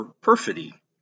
perfidy